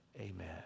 Amen